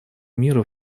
мира